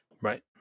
Right